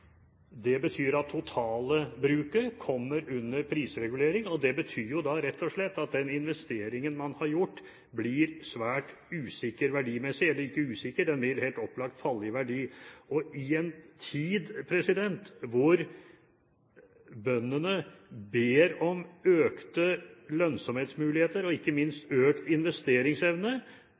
totale bruket kommer da under prisregulering, og det betyr rett og slett at den investeringen man har gjort, blir svært usikker verdimessig – eller ikke «usikker», den vil helt opplagt falle i verdi. I en tid hvor bøndene ber om økte lønnsomhetsmuligheter og ikke minst økt investeringsevne,